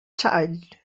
child